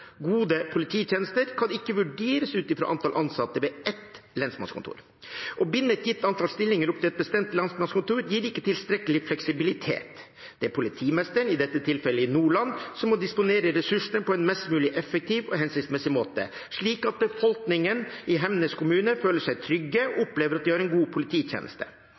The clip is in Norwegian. gode polititjenester, kan ikke vurderes ut fra antall ansatte ved ett lensmannskontor. Å binde et gitt antall stillinger opp til et bestemt lensmannskontor gir ikke tilstrekkelig fleksibilitet. Det er politimesteren, i dette tilfellet i Nordland, som må disponere ressursene på en mest mulig effektiv og hensiktsmessig måte, slik at befolkningen i Hemnes kommune føler seg trygg og opplever at de har en god polititjeneste.